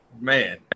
Man